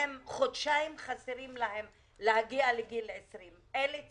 וחודשיים חסרים להם כדי להגיע לגיל 20. אלה צעירים,